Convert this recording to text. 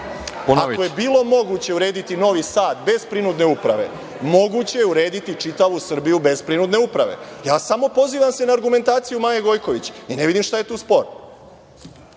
ako je bilo moguće urediti Novi Sad bez prinudne uprave moguće je urediti čitavu Srbiju bez prinudne uprave. Samo se pozivam na argumentaciju Maje Gojković i ne vidim šta je tu sporno.